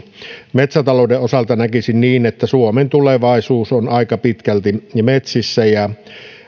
metsätalouden osalta näkisin niin että suomen tulevaisuus on aika pitkälti metsissä ja